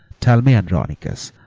tell me, andronicus,